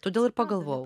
todėl ir pagalvojau